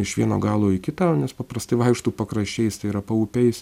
iš vieno galo į kitą nes paprastai vaikštau pakraščiais tai yra paupiais